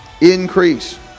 increase